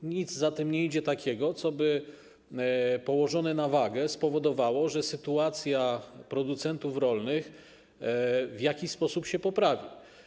I nic za tym nie idzie takiego, co by położone na wagę spowodowało, że sytuacja producentów rolnych w jakiś sposób się poprawi.